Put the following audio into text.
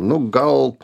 nu gal